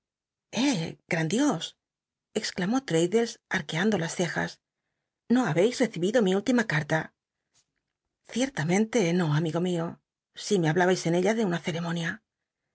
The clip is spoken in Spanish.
gan dios exclamó traddles ii iu cando las cejas no ha beis recibido mi úllima carta cictlamentc no amigo mio si me hablais en ella de una